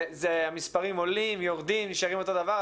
המספרים עולים, יורדים, נשארים אותו דבר?